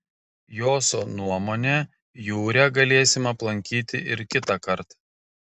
joso nuomone jūrę galėsim aplankyti ir kitąkart